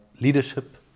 leadership